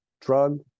drug